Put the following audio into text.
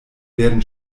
werden